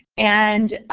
and